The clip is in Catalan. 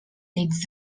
nits